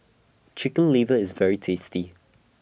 Chicken Liver IS very tasty